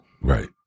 Right